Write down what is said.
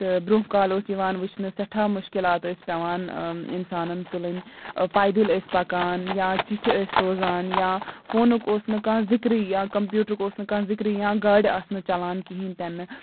تہٕ برٛونٛہہ کال اوس یِوان وٕچھنہٕ سٮ۪ٹھاہ مُشکِلات ٲسۍ پٮ۪وان اِنسانَن تُلٕنۍ پَایدٔلۍ ٲسۍ پَکان یا چِٹھِ ٲسۍ سوزان یا فونُک اوس نہٕ کانٛہہ ذِکرٕے یا کَمپیوٗٹرُک اوس نہٕ کانٛہہ ذِکرٕے یا گاڑِ آسہٕ نہٕ چَلان کِہیٖنۍ تہِ نہٕ